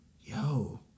yo